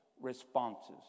responses